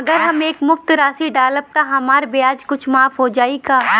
अगर हम एक मुस्त राशी डालब त हमार ब्याज कुछ माफ हो जायी का?